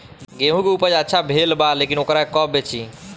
गेहूं के उपज अच्छा भेल बा लेकिन वोकरा के कब बेची?